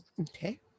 Okay